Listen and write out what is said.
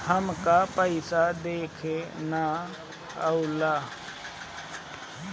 हमका पइसा देखे ना आवेला?